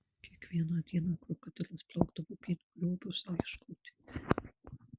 kiekvieną dieną krokodilas plaukdavo upėn grobio sau ieškoti